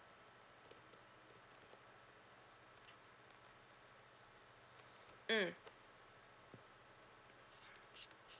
mm